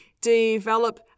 develop